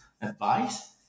advice